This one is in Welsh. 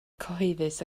cyhoeddus